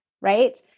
right